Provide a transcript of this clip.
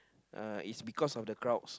uh it's because of the crowds